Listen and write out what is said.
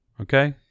Okay